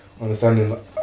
understanding